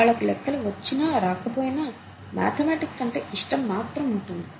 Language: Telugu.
వాళ్లకి లెక్కలు వచ్చినా రాకపోయినా మాథెమాటిక్స్ అంటే ఇష్టం మాత్రం ఉంటుంది